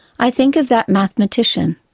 i think of that mathematician,